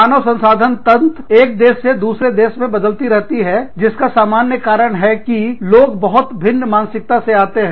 मानव संसाधन तंत्र व्यवस्था एक देश से दूसरे देश में बदलती रहती है जिसका सामान्य कारण है कि लोग बहुत भिन्न मानसिकता से आते हैं